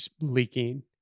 leaking